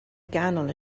ganol